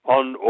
on